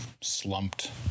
slumped